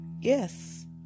yes